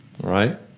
right